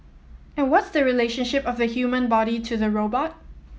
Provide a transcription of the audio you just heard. and what's the relationship of the human body to the robot